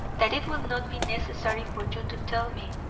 that it will not be necessary for you to tell me,